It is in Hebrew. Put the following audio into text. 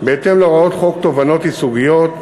בהתאם להוראות חוק תובענות ייצוגיות,